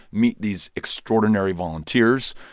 meet these extraordinary volunteers.